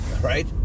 right